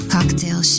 Cocktail